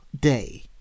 day